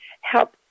help